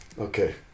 Okay